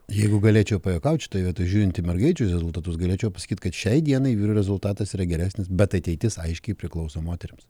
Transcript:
jeigu galėčiau pajuokaut šitoj vietoj žiūrint mergaičių rezultatus galėčiau pasakyti kad šiai dienai vyro rezultatas yra geresnis bet ateitis aiškiai priklauso moterims